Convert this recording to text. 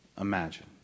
imagine